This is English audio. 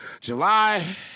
July